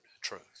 truth